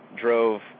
drove